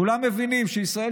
כולם מבינים שישראל,